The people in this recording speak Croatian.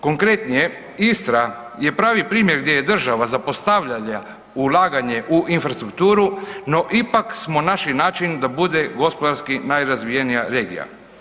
Konkretnije, Istra je pravi primjer gdje je država zapostavljala ulaganje u infrastrukturu no ipak smo našli način da bude gospodarski najrazvijenija regija.